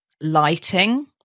lighting